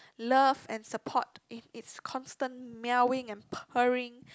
love and support in it's constant meowing and purring